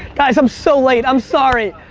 guys, i'm so late, i'm sorry.